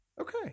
Okay